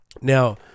Now